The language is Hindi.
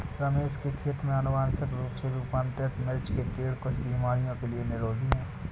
रमेश के खेत में अनुवांशिक रूप से रूपांतरित मिर्च के पेड़ कुछ बीमारियों के लिए निरोधी हैं